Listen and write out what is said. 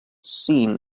seen